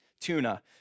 tuna